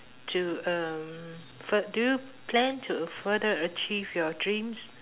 to um fur~ do you plan to further achieve your dreams